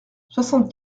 soixante